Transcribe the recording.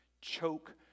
choke